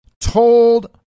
told